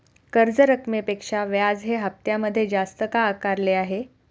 कर्ज रकमेपेक्षा व्याज हे हप्त्यामध्ये जास्त का आकारले आहे?